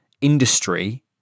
industry